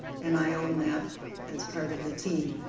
and i own that as part of the team.